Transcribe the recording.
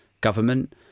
government